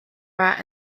rat